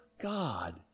God